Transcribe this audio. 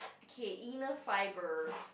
K inner fibres